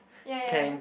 ya ya